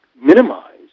minimize